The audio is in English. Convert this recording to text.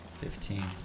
Fifteen